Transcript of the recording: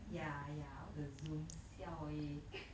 ya ya all the zoom siao eh